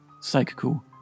psychical